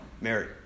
Mary